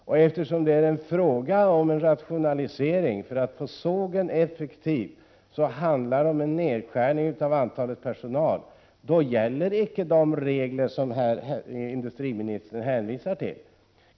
Och eftersom det är fråga om en rationalisering för att få sågen effektiv och handlar om en nedskärning av antalet anställda gäller inte de regler som industriministern hänvisar till.